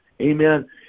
Amen